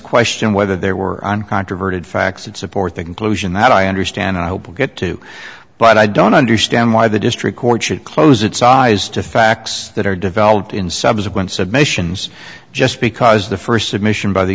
question whether there were on controverted facts that support the conclusion that i understand and i hope we'll get to but i don't understand why the district court should close its eyes to facts that are developed in subsequent submissions just because the first submission by the